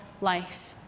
life